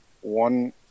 one